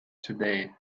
today